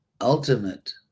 ultimate